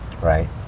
right